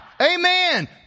amen